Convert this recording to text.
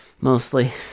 mostly